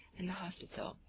and a hospital,